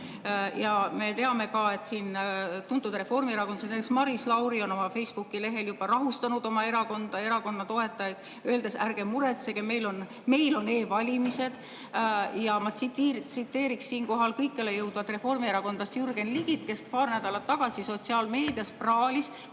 teame ka, et tuntud reformierakondlased, näiteks Maris Lauri, on oma Facebooki lehel juba rahustanud oma erakonna toetajaid, öeldes, et ärge muretsege, meil on e-valimised. Ja ma tsiteeriks siinkohal kõikjale jõudvat reformierakondlast Jürgen Ligi, kes paar nädalat tagasi sotsiaalmeedias praalis,